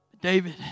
David